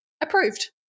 approved